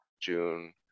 June